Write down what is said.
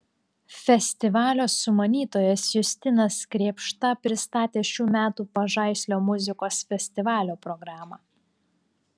festivalio sumanytojas justinas krėpšta pristatė šių metų pažaislio muzikos festivalio programą